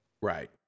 Right